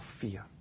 fear